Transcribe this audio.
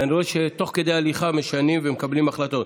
ואני רואה שתוך כדי הליכה משנים ומקבלים החלטות.